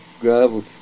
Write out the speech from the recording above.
gravel